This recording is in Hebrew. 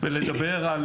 לדבר על